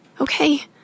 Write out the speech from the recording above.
Okay